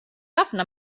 ħafna